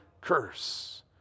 curse